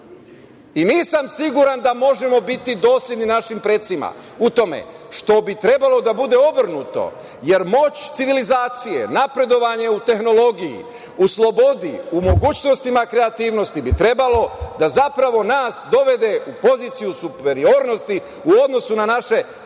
Nisam siguran da možemo biti dosledni našim precima u tome što bi trebalo da bude obrnuto, jer moć civilizacije, napredovanje u tehnologiji, u slobodi, u mogućnostima kreativnosti bi trebalo da zapravo nas dovede u poziciju superiornosti u odnosu na naše pretke i